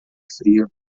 frio